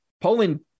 Poland